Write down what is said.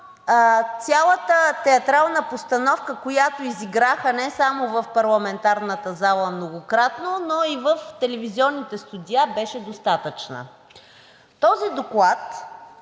цялата театрална постановка, която изиграха не само в парламентарната зала многократно, но и в телевизионните студия, беше достатъчна. Този доклад,